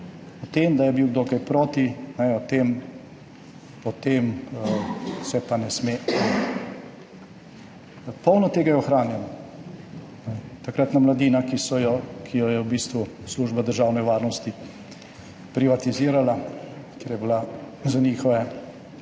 O tem, da je bil kdo kaj proti, o tem se pa ne sme. Veliko tega je ohranjenega. Takratna Mladina, ki jo je v bistvu Služba državne varnosti privatizirala, ker je bila za njihove